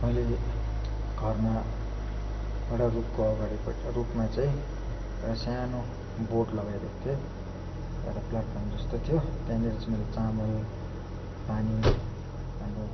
मैले घरमा एउटा रुखको अगाडिपट्टि रुखमा चाहिँ एउटा सानो बोट लगाइदिएको थिएँ एउटा प्लेटफर्म जस्तो थियो त्यहाँनिर चाहिँ मैले चामल पानी अन्त